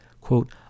Quote